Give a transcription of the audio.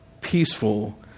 peaceful